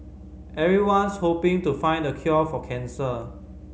everyone's hoping to find the cure for cancer